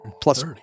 Plus